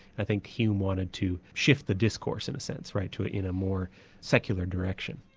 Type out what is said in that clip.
i think hume wanted to shift the discourse in a sense right, to in a more secular direction.